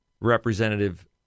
representative